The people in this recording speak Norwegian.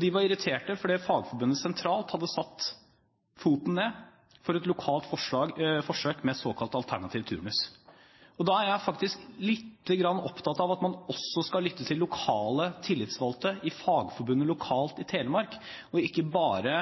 De var irritert fordi Fagforbundet sentralt hadde satt foten ned for et lokalt forsøk med såkalt alternativ turnus. Jeg er faktisk lite grann opptatt av at man også skal lytte til lokale tillitsvalgte, i Fagforbundet lokalt i Telemark, og ikke bare